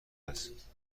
است